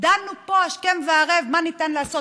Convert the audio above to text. דנו פה השכם וערב מה ניתן לעשות,